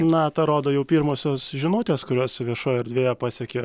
na tą rodo jau pirmosios žinutės kurios viešojoj erdvėje pasiekė